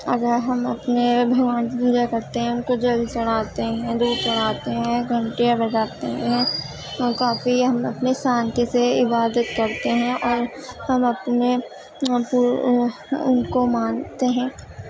اگر ہم اپنے بگھوان کی پوجا کرتے ہیں ان کو جل چڑھاتے ہیں دودھ چڑھاتے ہیں گھنٹیاں بجاتے ہیں کافی ہم اپنی شانتی سے عبادت کرتے ہیں اور ہم اپنے پورو ان کو مانتے ہیں